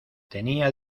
tenía